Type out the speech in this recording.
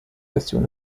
version